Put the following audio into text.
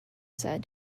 said